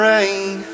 Rain